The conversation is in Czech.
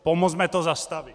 Pomozme to zastavit!